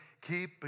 Keep